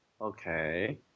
Okay